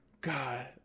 God